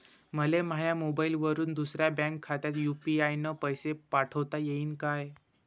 मले माह्या मोबाईलवरून दुसऱ्या बँक खात्यात यू.पी.आय न पैसे पाठोता येईन काय?